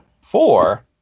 four